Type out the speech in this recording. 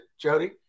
Jody